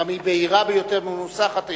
היא גם בהירה ביותר, מנוסחת היטב.